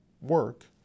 work